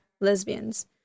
lesbians